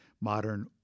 modern